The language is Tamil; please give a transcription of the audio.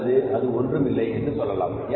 அல்லது அது ஒன்றும் இல்லை என்று சொல்லலாம்